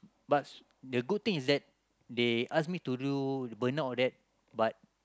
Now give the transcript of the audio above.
but the good thing is that they ask me to do burn out or that but